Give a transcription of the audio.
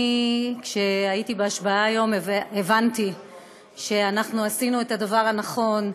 כשהייתי בהשבעה היום הבנתי שעשינו את הדבר הנכון,